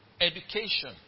Education